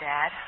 Dad